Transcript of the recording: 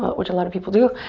but which a lot of people do,